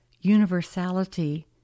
universality